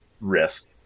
risk